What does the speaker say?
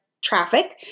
traffic